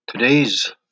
Today's